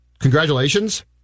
congratulations